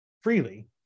freely